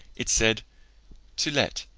it said to let,